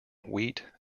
wheat